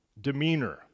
demeanor